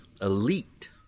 elite